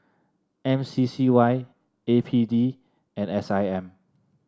M C C Y A P D and S I M